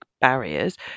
barriers